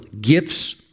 gifts